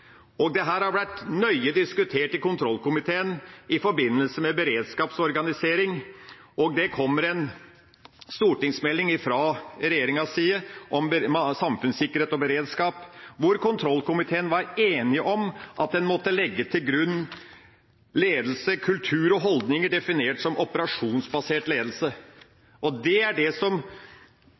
og det har vært nøye diskutert i kontrollkomiteen i forbindelse med beredskapsorganisering. Det kommer en stortingsmelding fra regjeringas side om samfunnssikkerhet og beredskap, og man var i kontrollkomiteen enig om at man måtte legge til grunn ledelse, kultur og holdninger definert som operasjonsbasert ledelse. Det jeg må si er det sterkeste når jeg hører debatten her, er at det